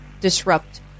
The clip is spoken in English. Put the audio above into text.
disrupt